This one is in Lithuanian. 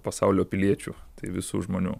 pasaulio piliečių tai visų žmonių